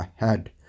ahead